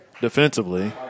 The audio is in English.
defensively